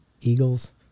Eagles